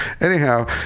Anyhow